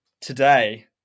Today